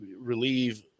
relieve